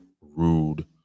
rude